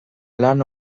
lan